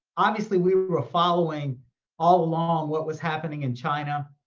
obviously we were following all along what was happening in china.